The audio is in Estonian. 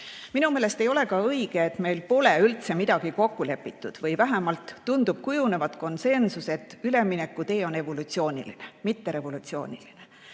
Minu meelest ei ole õige, et meil pole üldse midagi kokku lepitud. Vähemalt tundub kujunevat konsensus, et üleminekutee on evolutsiooniline, mitte revolutsiooniline.